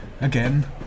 again